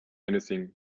anything